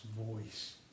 voice